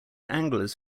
anglers